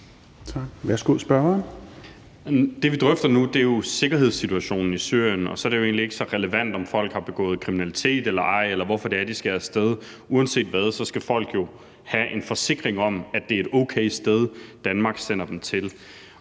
Det, vi drøfter nu, er jo sikkerhedssituationen i Syrien, og så er det jo egentlig ikke så relevant, om folk har begået kriminalitet eller ej, eller hvorfor det er, at de skal af sted. Uanset hvad skal folk jo have en forsikring om, at det er et okay sted, Danmark sender dem til.